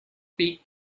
peak